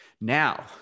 Now